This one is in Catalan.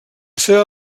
seva